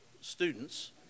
students